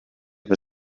per